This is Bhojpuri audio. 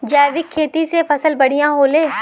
जैविक खेती से फसल बढ़िया होले